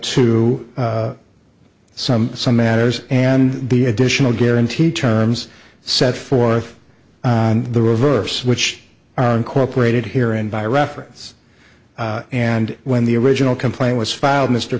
to some some matters and the additional guarantee terms set forth on the reverse which are incorporated here and by reference and when the original complaint was filed mr